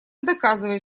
доказывает